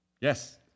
Yes